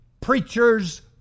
preachers